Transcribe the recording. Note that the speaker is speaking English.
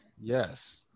yes